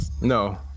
No